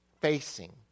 facing